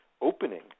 opening